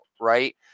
Right